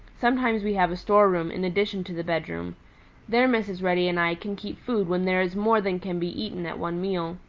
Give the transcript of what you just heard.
sometimes we have a storeroom in addition to the bedroom there mrs. reddy and i can keep food when there is more than can be eaten at one meal.